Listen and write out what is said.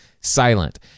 silent